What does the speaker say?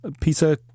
Peter